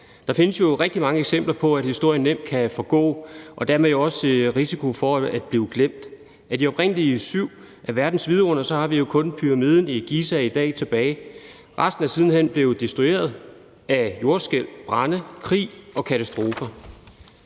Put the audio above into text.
Der findes jo rigtig mange eksempler på, at historien nemt kan forgå, og dermed er der jo også risiko for, at den bliver glemt. Af de oprindelige syv af verdens vidundere har vi jo kun pyramiden i Giza tilbage i dag. Resten er siden hen blev destrueret af jordskælv, brande, krig og andre katastrofer.